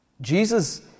Jesus